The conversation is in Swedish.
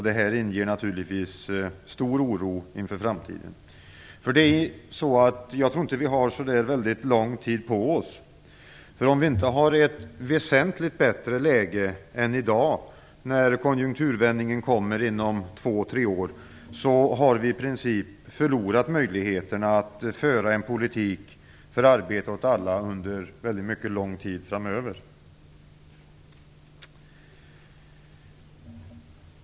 Detta inger naturligtvis stor oro inför framtiden. Jag tror inte att vi har så lång tid på oss. Om vi inte har ett väsentligt bättre läge än i dag när konjunkturvändningen kommer inom två tre år har vi i princip förlorat möjligheterna att under mycket lång tid framöver föra en politik för arbete åt alla.